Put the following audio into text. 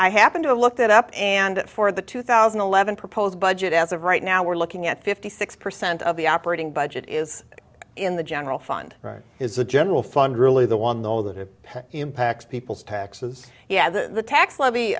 i happen to look that up and for the two thousand and eleven proposed budget as of right now we're looking at fifty six percent of the operating budget is in the general fund right is the general fund really the one though that it impacts people's taxes yeah the tax levy